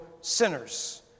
sinners